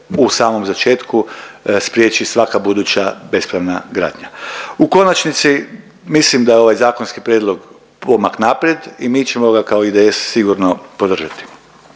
u samom začetku spriječi svaka buduća bespravna gradnje. U konačnici mislim da je ovaj zakonski prijedlog pomak naprijed i mi ćemo ga kao IDS sigurno podržati.